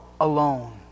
alone